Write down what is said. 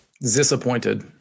disappointed